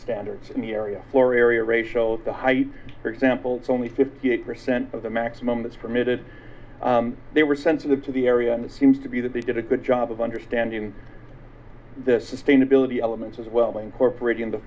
standards in the area or area ratios the height for example is only fifty eight percent of the maximum that's permitted they were sensitive to the area and it seems to be that they did a good job of understanding the sustainability elements as well incorporat